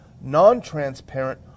non-transparent